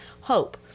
hope